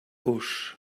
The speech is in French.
auch